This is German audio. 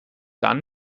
dann